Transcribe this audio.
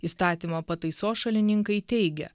įstatymo pataisos šalininkai teigia